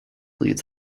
leads